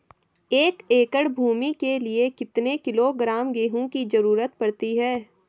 एक एकड़ भूमि के लिए कितने किलोग्राम गेहूँ की जरूरत पड़ती है?